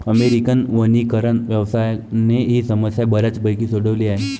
American वनीकरण व्यवसायाने ही समस्या बऱ्यापैकी सोडवली आहे